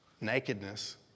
nakedness